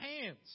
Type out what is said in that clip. hands